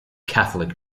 catholic